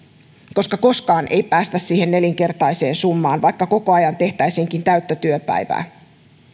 koska koskaan ei päästä siihen nelinkertaiseen summaan vaikka koko ajan tehtäisiinkin täyttä työpäivää